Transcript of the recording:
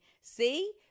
see